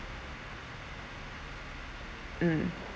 mm